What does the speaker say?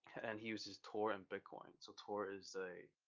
and he uses tor and bitcoin. so tor is a,